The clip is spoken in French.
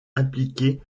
impliqués